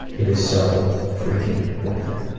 it is so freaking worth it.